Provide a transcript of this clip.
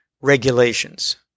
regulations